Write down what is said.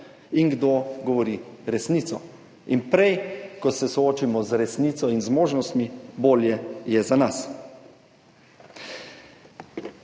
in kdo govori resnico. Prej ko se soočimo z resnico in zmožnostmi, bolje je za nas.